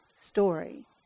story